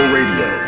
Radio